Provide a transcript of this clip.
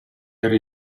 era